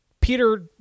Peter